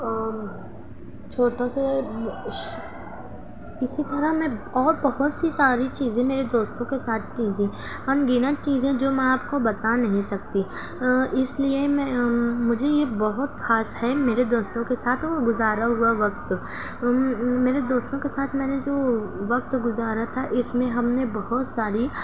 اور چھوٹوں سے اسی طرح میں اور بہت سی ساری چیزیں میرے دوستوں کے ساتھ کی تھیں ان گنت چیزیں جو میں آپ کو بتا نہیں سکتی اس لیے میں مجھے یہ بہت خاص ہے میرے دوستوں کے ساتھ وہ گزارا ہوا وقت میرے دوستوں کے ساتھ میں نے جو وقت گزارا تھا اس میں ہم نے بہت ساری